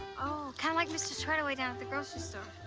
oh, kind of like mr. treadway down at the grocery store.